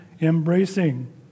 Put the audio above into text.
embracing